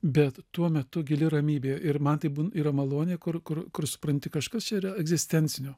bet tuo metu gili ramybė ir man tai yra malonė kur kur kur supranti kažkas yra egzistencinio